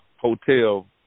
hotel